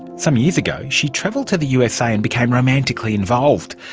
some years ago she travelled to the usa and became romantically involved.